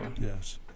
Yes